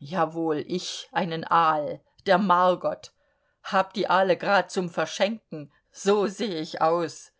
jawohl ich einen aal der margot hab die aale grad zum verschenken so seh ich aus